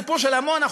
הסיפור של עמונה,